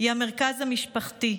היא המרכז המשפחתי,